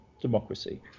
democracy